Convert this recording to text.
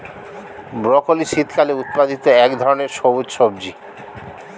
broccoli শীতকালে উৎপাদিত এক ধরনের সবুজ সবজি